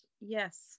Yes